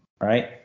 Right